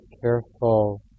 careful